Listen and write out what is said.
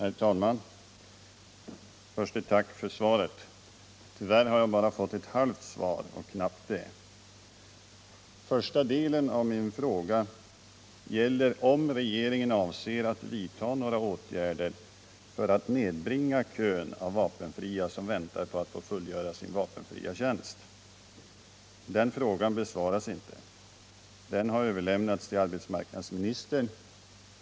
Herr talman! Först ett tack för svaret. Tyvärr har jag bara fått ett halvt svar och knappt det. Första delen av min fråga gäller om regeringen avser att vidta några åtgärder för att nedbringa kön av vapenfria som väntar på att få fullgöra sin vapenfria tjänst. Den frågan besvaras inte. Den har överlämnats till arbetsmarknadsministern.